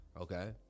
Okay